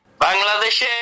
Bangladesh